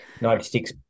96